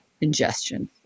ingestion